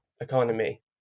economy